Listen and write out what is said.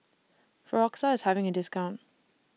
Floxia IS having A discount